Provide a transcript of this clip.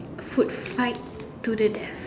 food fight to the death